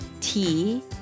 tea